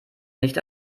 nicht